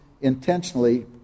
intentionally